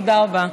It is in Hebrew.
תודה רבה.